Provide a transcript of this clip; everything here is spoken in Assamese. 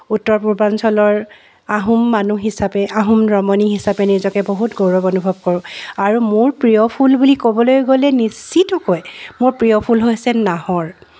উত্তৰ পূৰ্বাঞ্চলৰ আহোম মানুহ হিচাপে আহোম ৰমণী হিচাপে নিজকে বহুত গৌৰৱ অনুভৱ কৰো আৰু মোৰ প্ৰিয় ফুল বুলি ক'বলৈ গ'লে নিশ্চিতকৈ মোৰ প্ৰিয় ফুল হৈছে নাহৰ